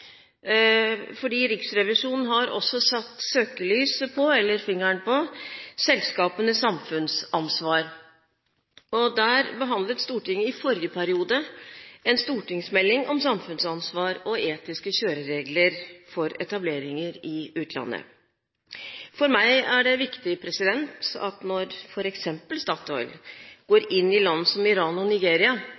Riksrevisjonen har satt søkelyset – eller fingeren – på selskapenes samfunnsansvar. Stortinget behandlet i forrige periode en stortingsmelding om samfunnsansvar og etiske kjøreregler for etableringer i utlandet. For meg er det viktig at når f.eks. Statoil går inn i land som Iran og Nigeria